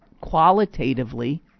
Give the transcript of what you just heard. qualitatively